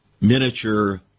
miniature